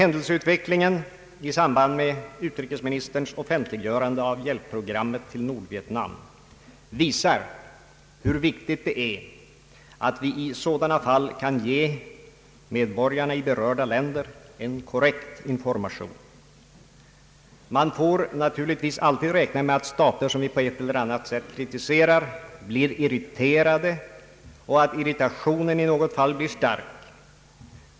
Händelseutvecklingen i samband med utrikesministerns offentliggörande av hjälpprogrammet till Nordvietnam visar dock hur viktigt det är att vi i sådana fall kan ge medborgarna i berörda länder en korrekt information. Man får naturligtvis alltid räkna med att stater som vi på ett eller annat sätt kritiserar blir irriterade och att irritationen i något fall blir stark.